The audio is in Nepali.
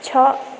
छ